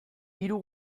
hiru